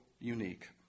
unique